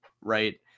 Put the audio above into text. right